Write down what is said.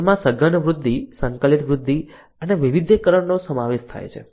તેમાં સઘન વૃદ્ધિ સંકલિત વૃદ્ધિ અને વૈવિધ્યકરણનો સમાવેશ થાય છે